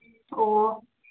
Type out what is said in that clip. ꯑꯣ